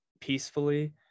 peacefully